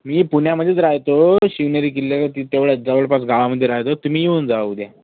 मी पुण्यामध्येच राहतो शिवनेरी किल्ले तिथे तेवढंच जवळपास गावामध्ये राहतो तुम्ही येऊन जा उद्या